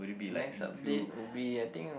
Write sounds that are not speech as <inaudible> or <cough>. next update would be I think <noise>